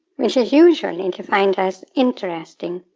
which is usually defined as interesting.